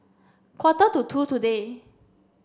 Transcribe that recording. quarter to two today